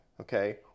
okay